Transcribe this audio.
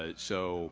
ah so